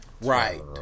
Right